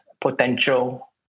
potential